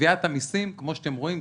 גביית המסים כמו שאתם רואים,